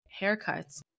haircuts